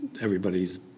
everybody's